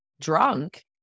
drunk